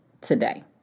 today